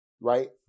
right